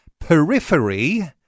periphery